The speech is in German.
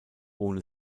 ohne